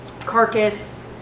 carcass